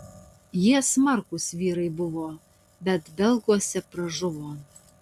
jie smarkūs vyrai buvo bet belguose pražuvo